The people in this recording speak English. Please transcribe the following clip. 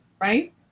right